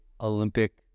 olympic